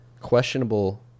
questionable